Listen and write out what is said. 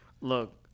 look